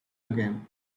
again